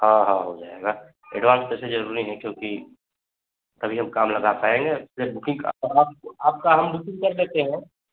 हाँ हाँ हो जायेगा एडवांस पैसे जरूरी है क्योंकि तभी हम काम लगा पायेंगे अपने बुकिंग का आपका हम बुकिंग कर देते हैं